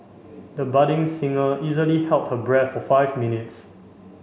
the budding singer easily held her breath for five minutes